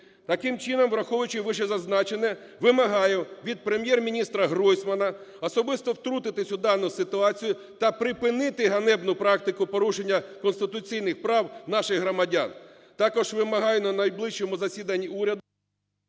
Таким чином, враховуючи вищезазначене, вимагаю від Прем’єр-міністраГройсмана особисто втрутитись у дану ситуацію та припинити ганебну практику порушення конституційних прав наших громадян. Також вимагаю на найближчому засіданні уряду…